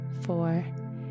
four